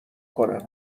کنم